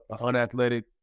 unathletic